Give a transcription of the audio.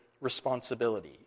responsibility